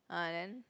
ah then